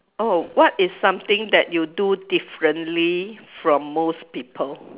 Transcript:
oh what is something that you do differently from most people